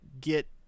get